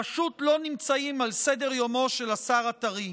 פשוט לא נמצאים על סדר-יומו של השר הטרי.